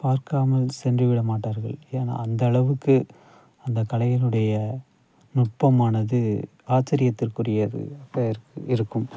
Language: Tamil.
பார்க்காமல் சென்று விட மாட்டார்கள் ஏனால் அந்தளவுக்கு அந்த கலையினுடைய நுட்பமானது ஆச்சரியத்திற்குரியது பேர்க்கு இருக்கும்